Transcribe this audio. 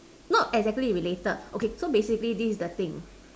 not exactly related okay so basically this is the thing